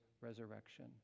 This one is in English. resurrection